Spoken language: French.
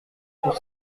pour